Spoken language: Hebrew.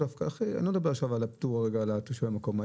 אני לא מדבר עכשיו על תושבי המקום,